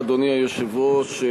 אדוני היושב-ראש,